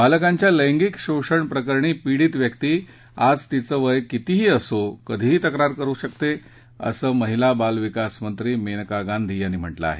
बालकांच्या लैंगिक शोषण प्रकरणी पीडित व्यक्ती आज तिचं वय कितीही असो कधीही तक्रार दाखल करु शकते असं माहिला बाल विकास मंत्री मेनकां गांधी यांनी म्हटलं आहे